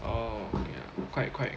oh ya quite quite